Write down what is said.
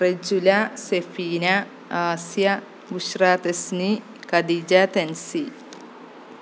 Rajula Safeena Asiya Bushra Tasni Khadija Thansi